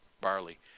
barley